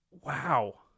wow